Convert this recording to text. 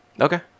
Okay